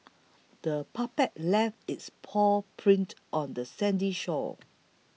the puppy left its paw prints on the sandy shore